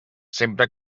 sempre